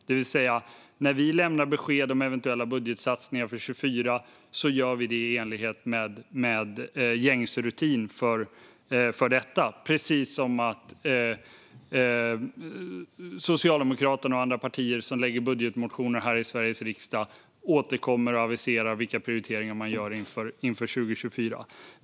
Det vill säga att när vi lämnar besked om eventuella budgetsatsningar för 2024 gör vi det i enlighet med gängse rutin för detta, precis som Socialdemokraterna och andra partier som lägger fram budgetmotioner här i Sveriges riksdag återkommer och aviserar vilka prioriteringar man gör inför 2024.